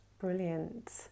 Brilliant